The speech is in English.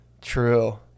True